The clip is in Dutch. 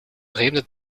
vreemde